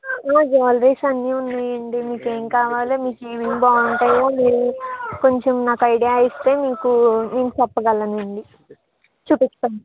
jewelleries అన్నీ ఉన్నాయండి మీకు ఏం కావాలో మీకు ఏమేమి బాగుంటాయో కొంచెం నాకు ఐడియా ఇస్తే మీకు నేను చెప్పగలనండి చూపిస్తాను